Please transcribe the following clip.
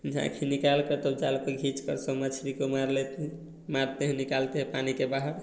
झाँखी निकालकर तब जाल को घीचकर सब मछली को मार ले मारते है निकालते है पानी के बाहर